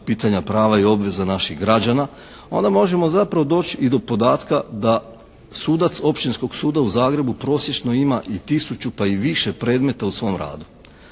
pitanja prava i obveza naših građana, onda možemo zapravo doći i do podatka da sudac Općinskog suda u Zagrebu prosječno ima i tisuću pa i više predmeta u svom radu.